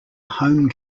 home